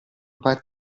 parte